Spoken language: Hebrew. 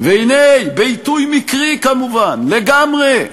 והנה, בעיתוי מקרי כמובן, לגמרי,